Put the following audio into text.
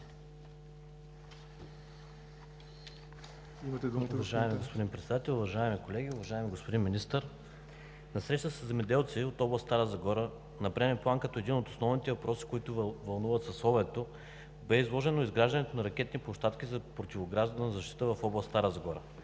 Уважаеми господин Председател, уважаеми колеги! Уважаеми господин Министър, на среща със земеделците от област Стара Загора на преден план бе изложен един от основните въпроси, които вълнуват съсловието – изграждането на ракетни площадки за противоградна защита в област Стара Загора.